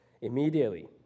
Immediately